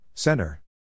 Center